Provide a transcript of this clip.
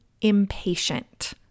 impatient